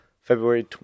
February